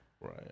Right